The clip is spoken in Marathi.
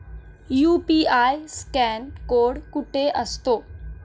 यु.पी.आय स्कॅन कोड कुठे असतो?